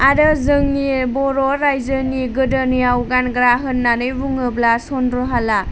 आरो जोंनि बर' रायजोनि गोदोनियाव गानग्रा होननानै बुङोब्ला सन्द्र हाला